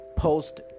Post